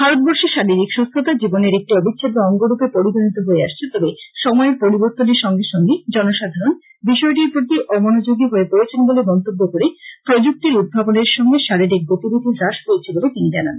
ভারতবর্ষে শারিরীক সুস্থতা জীবনের একটি অবিচ্ছেদ্য অঙ্গ রূপে পরিগণিত হয়ে আসছে তবে সময়ের পরিবর্তনের সঙ্গে সঙ্গে জনসাধারণ বিষয়টির প্রতি অমনযোগি হয়ে পড়েছেন বলে মন্তব্য করে প্রযুক্তির উদ্বাভনের সঙ্গে শারিরীক গতিবিধি হ্রাস পেয়েছে বলে তিনি জানান